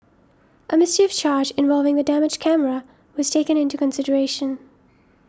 a mischief charge involving the damaged camera was taken into consideration